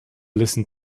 listen